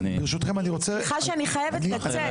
סליחה שאני חייבת לצאת.